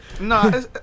no